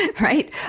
right